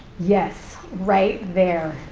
yes, right there.